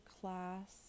class